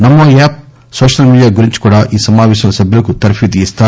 నమో app social media గురించి కూడా ఈ సమావేశంలో సభ్యులకు తర్పీదు ఇస్తారు